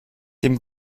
dem